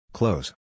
Close